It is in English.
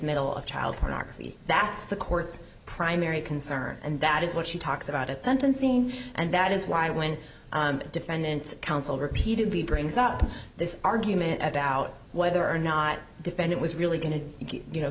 of child pornography that's the court's primary concern and that is what she talks about at sentencing and that is why when defendant's counsel repeatedly brings up this argument about whether or not defend it was really going to you know